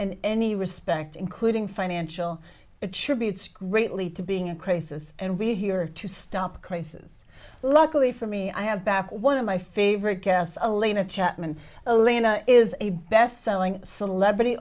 in any respect including financial attributes greatly to being a crisis and really here to stop crisis luckily for me i have back one of my favorite guests alina chapman is a bestselling celebrity